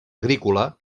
agrícola